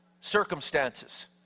circumstances